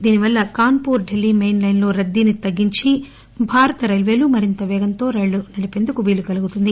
దీనివల్ల Kanpur Delhi main lines లో రద్దీని తగ్గించి భారత రైల్వేలు మరింత పేగంతో రైళ్లు నడిపేందుకు వీలు కలుగుతుంది